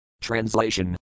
Translation